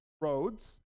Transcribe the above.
roads